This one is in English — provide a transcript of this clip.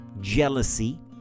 jealousy